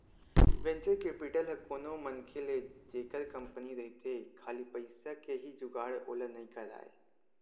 venture capital ह कोनो मनखे ल जेखर कंपनी रहिथे खाली पइसा के ही जुगाड़ ओला नइ कराय